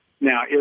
Now